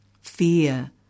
Fear